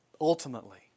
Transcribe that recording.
Ultimately